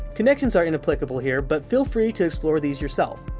connections are inapplicable here but feel free to explore these yourself.